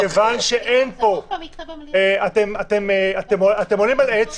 אתם עולים על עץ,